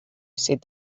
said